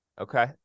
Okay